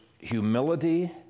Humility